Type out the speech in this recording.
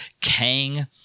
Kang